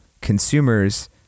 consumers